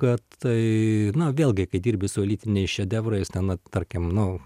kad tai na vėlgi kai dirbi su elitiniais šedevrais ten na tarkim nu